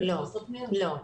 לא.